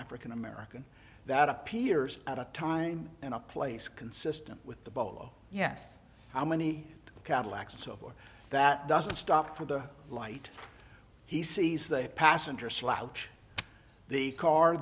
african american that appears at a time in a place consistent with the bolo yes how many cadillacs over that doesn't stop for the light he sees the passenger slouch the car